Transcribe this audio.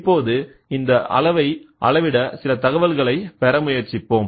இப்போது இந்த அளவை அளவிட சில தகவல்களைப் பெற முயற்சிப்போம்